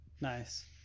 nice